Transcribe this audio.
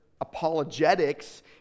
apologetics